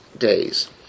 days